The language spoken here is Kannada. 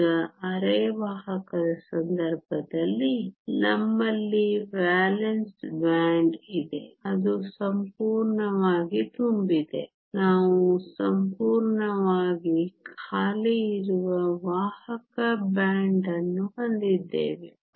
ಈಗ ಅರೆವಾಹಕದ ಸಂದರ್ಭದಲ್ಲಿ ನಮ್ಮಲ್ಲಿ ವೇಲೆನ್ಸ್ ಬ್ಯಾಂಡ್ ಇದೆ ಅದು ಸಂಪೂರ್ಣವಾಗಿ ತುಂಬಿದೆ ನಾವು ಸಂಪೂರ್ಣವಾಗಿ ಖಾಲಿ ಇರುವ ವಾಹಕ ಬ್ಯಾಂಡ್ ಅನ್ನು ಹೊಂದಿದ್ದೇವೆ